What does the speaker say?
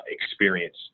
experience